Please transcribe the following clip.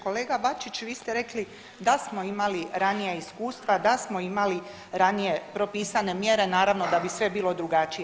Kolega Bačić, vi ste rekli da smo imali ranija iskustva, da smo imali ranije propisane mjere naravno da bi sve bilo drugačije.